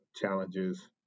challenges